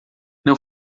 não